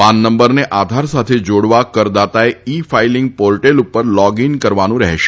પાન નંબરને આધાર સાથે જોડવા કરદાતાએ ઈ ફાઈલીંગ પોર્ટલ ઉપર લોગ ઈન કરવાનું રહેશે